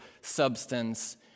substance